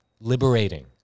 Liberating